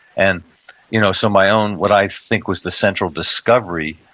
and you know so my own, what i think was the central discovery,